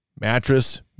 mattress